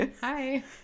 Hi